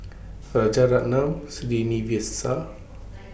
Rajaratnam Srinivasa